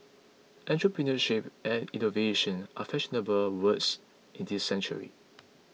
entrepreneurship and innovation are fashionable words in this century